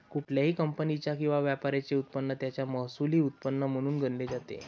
कुठल्याही कंपनीचा किंवा व्यापाराचे उत्पन्न त्याचं महसुली उत्पन्न म्हणून गणले जाते